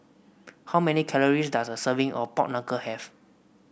how many calories does a serving of Pork Knuckle have